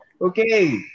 Okay